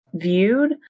Viewed